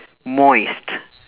moist